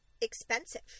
Expensive